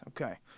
okay